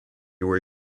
were